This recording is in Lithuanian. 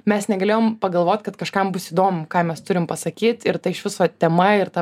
mes negalėjom pagalvot kad kažkam bus įdomu ką mes turim pasakyt ir tai iš viso tema ir ta